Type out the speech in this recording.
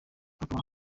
hakaba